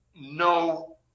no